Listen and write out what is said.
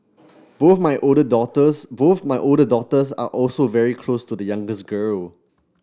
both my older daughters both my older daughters are also very close to the youngest girl